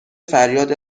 فریاد